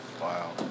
Wow